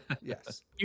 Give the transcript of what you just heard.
yes